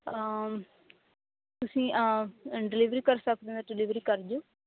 ਤੁਸੀਂ ਅਂ ਡਿਲੀਵਰੀ ਕਰ ਸਕਦੇ ਹੋ ਡਿਲੀਵਰੀ ਕਰ ਦਿਓ